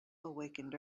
awakened